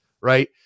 right